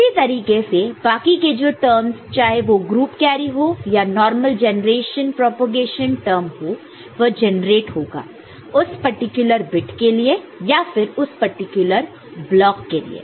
इसी तरीके से बाकी के जो टर्मस चाहे वो ग्रुप कैरी हो या नॉर्मल जनरेशन प्रोपेगेशन टर्म हो वह जेनरेट होगा उस पर्टिक्युलर बिट के लिए या फिर उस पर्टिक्युलर ब्लॉक के लिए